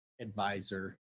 advisor